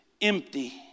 empty